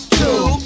two